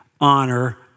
honor